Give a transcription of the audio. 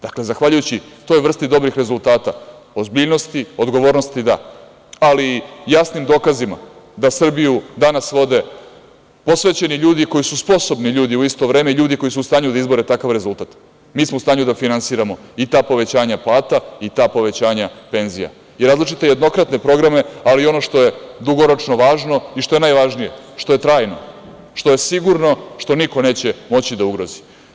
Dakle, zahvaljujući toj vrsti dobrih rezultata, ozbiljnosti, odgovornosti, ali i jasnim dokazima da Srbiju danas vode posvećeni ljudi koji su sposobni ljudi u isto vreme i ljudi koji su u stanju da izbore takav rezultat, mi smo u stanju da finansiramo i ta povećanja plata i ta povećanja penzija i različite jednokratne programe, ali i ono što je dugoročno važno i što je najvažnije što je trajno, što je sigurno i što niko neće moći da ugrozi.